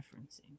referencing